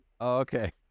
Okay